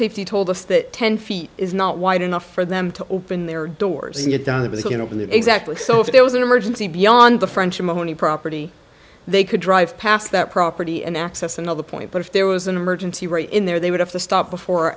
safety told us that ten feet is not wide enough for them to open their doors and it does it was you know exactly so if there was an emergency beyond the french i'm only property they could drive past that property and access another point but if there was an emergency right in there they would have to stop before